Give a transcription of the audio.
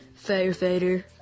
firefighter